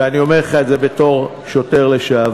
ואני אומר לך את זה בתור שוטר לשעבר,